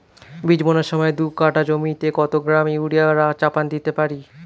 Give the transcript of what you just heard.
বীজ বোনার সময় দু কাঠা জমিতে কত গ্রাম ইউরিয়া চাপান দিতে পারি?